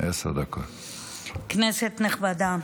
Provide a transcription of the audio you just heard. כנסת נכבדה,